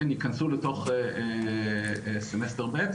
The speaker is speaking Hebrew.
הם ייכנסו לתוך סמסטר ב'.